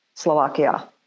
Slovakia